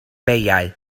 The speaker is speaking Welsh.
beiau